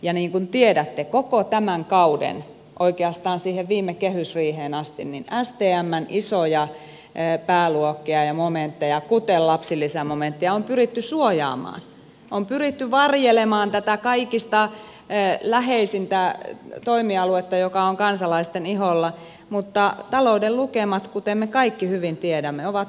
ja niin kuin tiedätte koko tämän kauden oikeastaan siihen viime kehysriiheen asti stmn isoja pääluokkia ja momentteja kuten lapsilisämomenttia on pyritty suojaamaan on pyritty varjelemaan tätä kaikista läheisintä toimialuetta joka on kansalaisten iholla mutta talouden lukemat kuten me kaikki hyvin tiedämme ovat hyvin haastavia